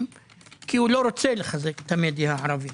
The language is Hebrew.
כי הוא לא רוצה לחזק את המדיה הערבית.